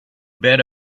bet